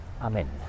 Amen